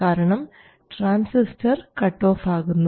കാരണം transistor cut off ആകുന്നു